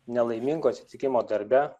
nelaimingo atsitikimo darbe